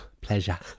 Pleasure